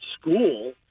school